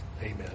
amen